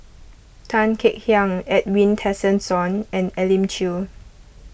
Tan Kek Hiang Edwin Tessensohn and Elim Chew